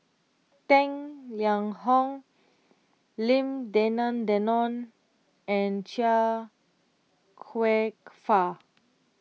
Tang Liang Hong Lim Denan Denon and Chia Kwek Fah